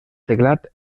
teclat